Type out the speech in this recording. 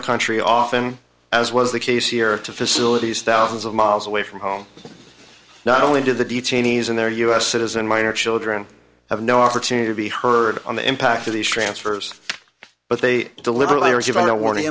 the country often as was the case here to facilities thousands of miles away from home not only do the detainees and their us citizen minor children have no opportunity to be heard on the impact of these transfers but they deliver letters even a warning